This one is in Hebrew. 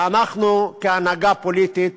ואנחנו, כהנהגה פוליטית,